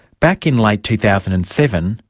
back in late two thousand and seven,